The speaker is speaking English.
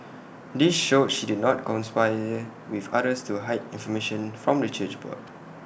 this showed she did not conspire with others to hide information from the church board